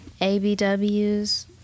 ABW's